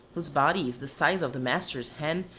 whose body is the size of the master's hand,